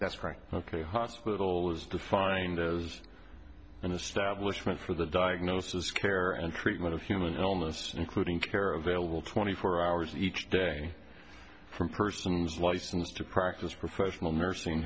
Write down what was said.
that's right ok hospital is defined as an establishment for the diagnosis care and treatment of human illness including care available twenty four hours each day from persons licensed to practice professional nursing